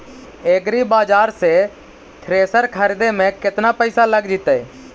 एग्रिबाजार से थ्रेसर खरिदे में केतना पैसा लग जितै?